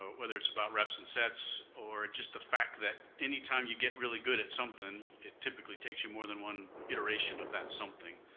whether it's about reps and sets or just the fact that any time you get really good at something, it typically takes you more than one iteration of that something.